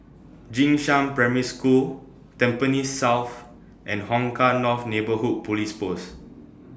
Jing Shan Primary School Tampines South and Hong Kah North Neighbourhood Police Post